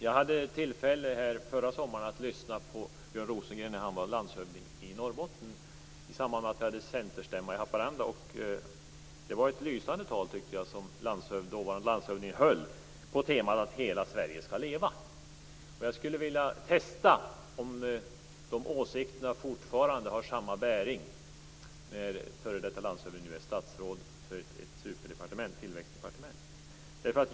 Jag hade tillfälle förra sommaren att lyssna på Björn Rosengren när han var landshövding i Norrbotten i samband med att vi hade centerstämmma i Haparanda. Det var ett lysande tal, tycker jag, som dåvarande landshövding höll på temat att hela Sverige skall leva. Jag skulle vilja testa om de åsikterna fortfarande har samma bäring när f.d. landshövdingen nu är statsråd vid ett superdepartement, tillväxtdepartement.